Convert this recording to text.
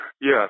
Yes